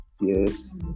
yes